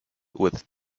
with